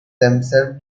themselves